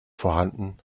vorhanden